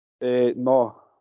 No